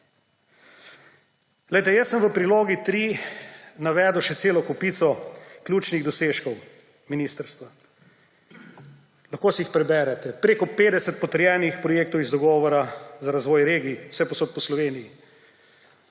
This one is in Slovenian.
to je novica! V Prilogi 3 sem navedel še celo kupico ključnih dosežkov ministrstva. Lahko si jih preberete. Preko 50 potrjenih projektov iz dogovora za razvoj regij vsepovsod po Sloveniji.